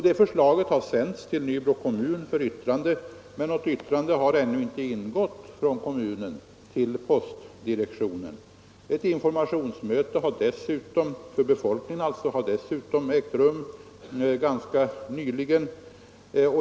Det förslaget har sänts till Nybro kommun för yttrande, men något yttrande har ännu inte inkommit från kommunen till postdirektionen. Ett informationsmöte med befolkningen har dessutom ägt rum ganska nyligen.